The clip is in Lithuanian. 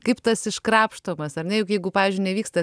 kaip tas iškrapštomas ar ne juk jeigu pavyzdžiui nevyksta